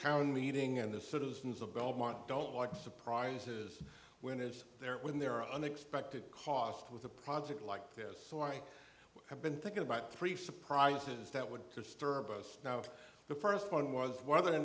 town meeting and the citizens of belmont don't like surprises when it's there when they're unexpected costs with a project like this so i would have been thinking about three surprises that would disturb us now the first one was whether or